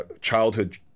childhood